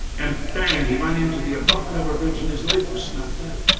and bang, he run into the abutment of a bridge, and his life was snuffed out.